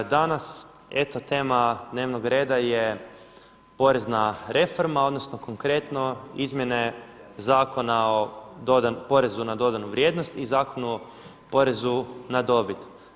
Danas eto tema dnevnog reda je porezna reforma, odnosno konkretno izmjene Zakona o porezu na dodanu vrijednost i Zakonu o porezu na dobit.